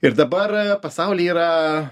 ir dabar pasauly yra